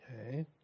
Okay